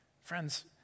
Friends